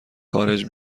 خارج